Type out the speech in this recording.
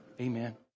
Amen